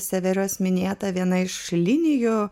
severas minėta viena iš linijų